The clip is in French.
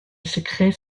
secret